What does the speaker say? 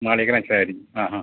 മാളിയേക്കലച്ഛൻ ആയിരിക്കും ആ ആ